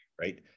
right